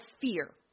fear